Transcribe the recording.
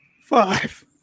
Five